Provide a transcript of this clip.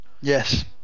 Yes